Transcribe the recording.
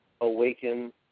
awaken